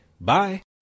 Bye